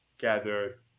gather